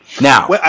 Now